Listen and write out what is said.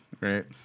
right